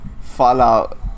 Fallout